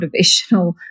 motivational